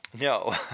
No